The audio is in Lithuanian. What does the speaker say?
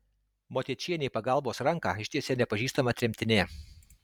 motiečienei pagalbos ranką ištiesė nepažįstama tremtinė